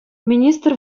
министр